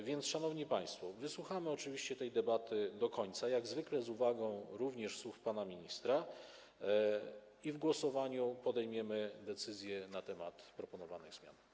A zatem, szanowni państwo, wysłuchamy oczywiście tej debaty do końca, jak zwykle z uwagą również słów pana ministra, i w głosowaniu podejmiemy decyzję w sprawie proponowanych zmian.